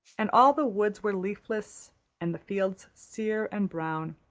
and all the woods were leafless and the fields sere and brown.